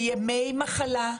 בימי מחלה,